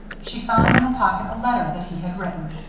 she found in the pocket a letter that he had written.